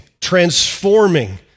transforming